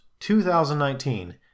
2019